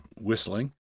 whistling